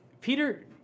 Peter